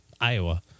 Iowa